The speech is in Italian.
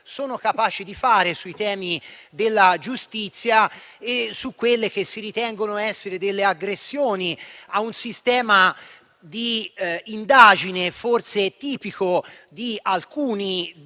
sono capaci di fare sui temi della giustizia e su quelle che si ritengono essere delle aggressioni a un sistema di indagine, forse tipico di alcuni